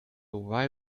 why